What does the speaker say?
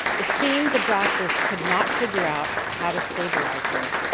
it seemed the doctors could not figure out how to stabilize her.